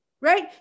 right